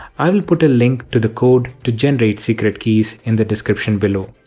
i will put a link to the code to generate secret keys in the description below.